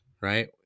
right